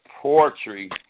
poetry